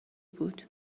بود